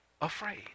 afraid